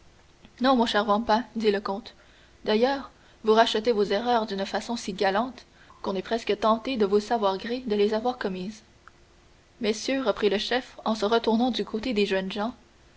non mon cher vampa dit le comte d'ailleurs vous rachetez vos erreurs d'une façon si galante qu'on est presque tenté de vous savoir gré de les avoir commises messieurs reprit le chef en se retournant du côté des jeunes gens